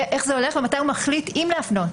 איך זה הולך ומתי הוא מחליט אם להפנות לבצע התאמה?